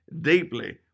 deeply